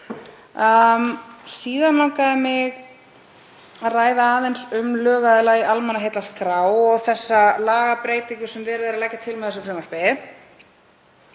Síðan langaði mig að ræða aðeins um lögaðila í almannaheillaskrá og þá lagabreytingu sem verið er að leggja til með frumvarpinu,